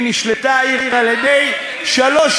נשלטה העיר על-ידי שלוש